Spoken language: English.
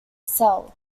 cell